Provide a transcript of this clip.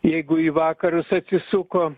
jeigu į vakarus atsisuko